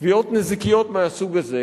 תביעות נזיקיות מהסוג הזה,